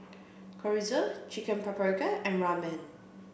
Chorizo Chicken Paprikas and Ramen